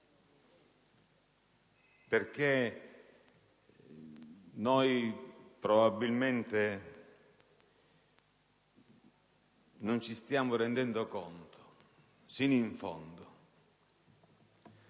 perché probabilmente non ci stiamo rendendo conto sino in fondo